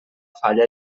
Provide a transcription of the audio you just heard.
falla